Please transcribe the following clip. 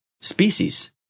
species